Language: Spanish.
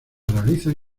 realizan